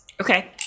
okay